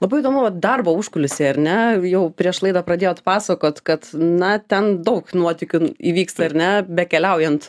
labai įdomu vat darbo užkulisiai ar ne jau prieš laidą pradėjot pasakot kad na ten daug nuotykių įvyksta ar ne bekeliaujant